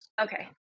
okay